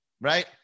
Right